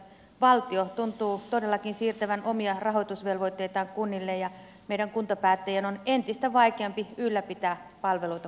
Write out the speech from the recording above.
valtio tuntuu todellakin siirtävän omia rahoitusvelvoitteitaan kunnille ja meidän kuntapäättäjien on entistä vaikeampi ylläpitää palveluita kuntalaisille